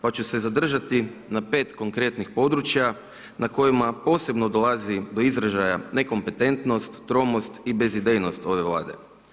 Pa ću se zadržati na 5 konkretnih područja, na kojima posebno dolazi do izražaja nekompetentnost, tromost i bezidejnost ove Vlade.